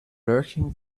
lurking